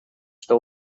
что